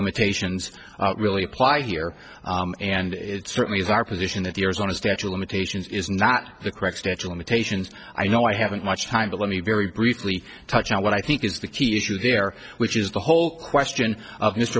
limitations really apply here and it's certainly is our position that the arizona statue of limitations is not the correct statue limitations i know i haven't much time but let me very briefly touch on what i think is the key issue there which is the whole question of